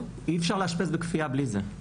אי אפשר לאשפז בכפייה בלי זה.